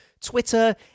Twitter